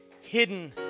hidden